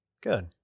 Good